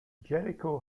jericho